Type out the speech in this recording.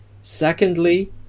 Secondly